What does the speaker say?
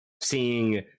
Seeing